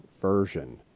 version